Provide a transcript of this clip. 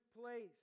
place